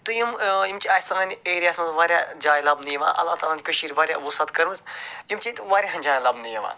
تہٕ یِم یِم چھِ اَسہِ سٲنۍ ایرِیاہس منٛز وارِیاہ جایہِ لبنہٕ یِوان اللہ تعلیٰ ہن کٔشیٖرِ وارِیاہ وُسعت کٔرمٕژ یِم چھِ ییٚتہِ وارِیاہن جاین لبنہٕ یِوان